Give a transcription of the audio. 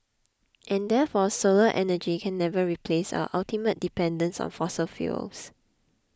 and therefore solar energy can never replace our ultimate dependence on fossil fuels